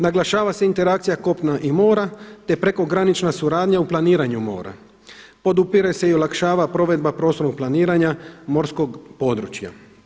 Naglašava se interakcija kopna i mora, te prekogranična suradnja u planiranju mora, podupire se i olakšava provedba prostornog planiranja morskog područja.